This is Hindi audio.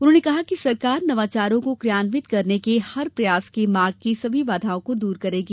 उन्होंने कहा कि सरकार नवाचारों को कियान्वित करने के हर प्रयास के मार्ग की सभी बाधाओं को दूर करेगी